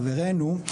חברנו,